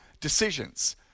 decisions